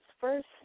first